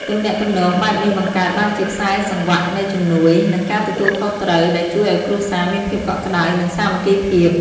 ទំនាក់ទំនងបែបនេះបង្កើតបានជាខ្សែសង្វាក់នៃជំនួយ និងការទទួលខុសត្រូវ ដែលជួយឱ្យគ្រួសារមានភាពកក់ក្ដៅ និងសាមគ្គីភាព។